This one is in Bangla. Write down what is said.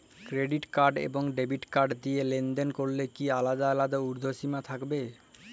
ক্রেডিট কার্ড এবং ডেবিট কার্ড দিয়ে লেনদেন করলে কি আলাদা আলাদা ঊর্ধ্বসীমা থাকবে?